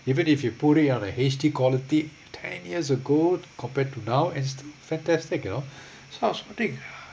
even if you put it on a H_D quality ten years ago compared to now it's still fantastic you know such of thing